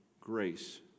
grace